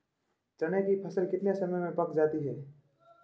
चने की फसल कितने समय में पक जाती है?